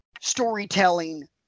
storytelling